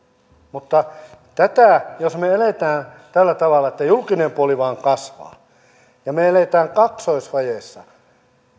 mutta jos me elämme tällä tavalla että julkinen puoli vain kasvaa ja me elämme kaksoisvajeessa